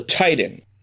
titan